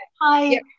hi